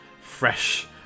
fresh